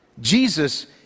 Jesus